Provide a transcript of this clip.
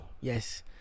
Yes